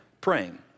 praying